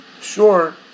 sure